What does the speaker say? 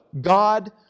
God